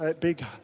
big